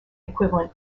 equivalent